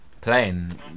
playing